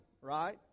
right